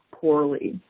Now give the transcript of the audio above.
poorly